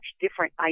different